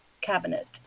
cabinet